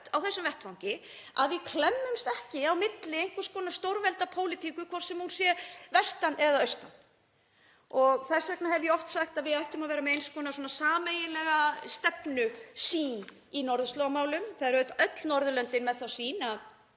á þessum vettvangi, að við klemmumst ekki á milli í einhvers konar stórveldapólitík, hvort sem hún er fyrir vestan eða austan. Þess vegna hef ég oft sagt að við ættum að vera með eins konar sameiginlega stefnu eða sýn í norðurslóðamálum. Það eru öll Norðurlöndin með þá sýn að